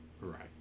Right